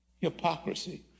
Hypocrisy